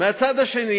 מהצד השני